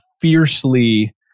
fiercely